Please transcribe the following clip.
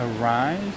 arise